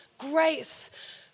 grace